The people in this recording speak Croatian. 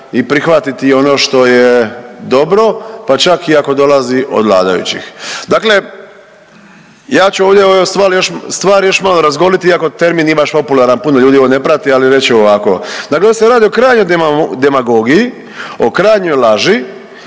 i prihvatiti i ono što je dobro, pa čak i ako dolazi od vladajućih. Dakle, ja ću ovdje ove stvari još malo razgoliti iako termin nije baš popularan, puno ljudi ovo ne prati ali reći ću ovako. Dakle, ovdje se radi o krajnjoj demagogiji, o krajnjoj laži